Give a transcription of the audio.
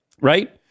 right